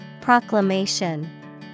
proclamation